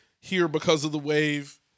here-because-of-the-wave